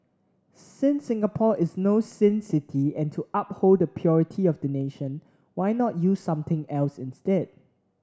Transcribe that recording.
since Singapore is no sin city and to uphold the purity of the nation why not use something else instead